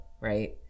right